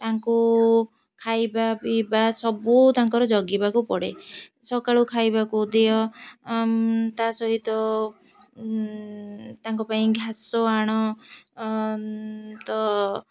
ତାଙ୍କୁ ଖାଇବା ପିଇବା ସବୁ ତାଙ୍କର ଜଗିବାକୁ ପଡ଼େ ସକାଳୁ ଖାଇବାକୁ ଦିଅ ତା' ସହିତ ତାଙ୍କ ପାଇଁ ଘାସ ଆଣ ତ